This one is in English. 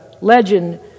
legend